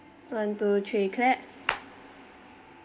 one two three clap